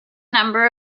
number